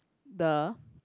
the